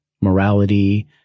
morality